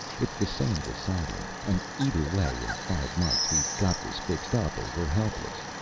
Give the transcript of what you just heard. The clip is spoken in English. it's the same to saturn. and either way, in five months we've got this fixed up, or we're helpless.